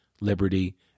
liberty